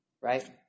right